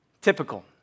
typical